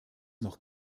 noch